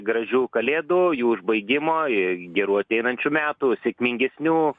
gražių kalėdų jų užbaigimo i gerų ateinančių metų sėkmingesnių